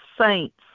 saints